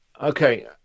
Okay